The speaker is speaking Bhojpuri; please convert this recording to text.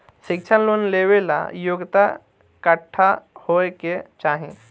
शिक्षा लोन लेवेला योग्यता कट्ठा होए के चाहीं?